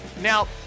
Now